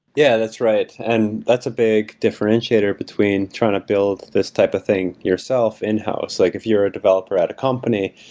yeah, that's right. and that's a big differentiator between trying to build this type of thing yourself and how it's like if you're a developer at the company,